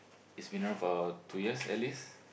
is been around for two years at least